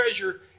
treasure